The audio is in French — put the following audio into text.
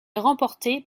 remportée